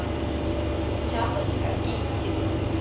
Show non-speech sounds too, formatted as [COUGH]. [NOISE] macam mana nak cakap gigs gitu